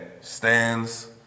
stands